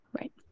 Right